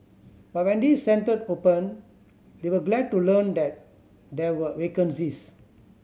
but when this centre opened they were glad to learn that there were vacancies